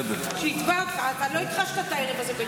בכלל לא קראתי את בן